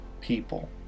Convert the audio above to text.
people